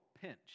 pinch